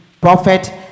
prophet